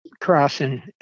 crossing